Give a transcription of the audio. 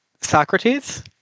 Socrates